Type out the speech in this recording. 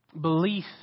Belief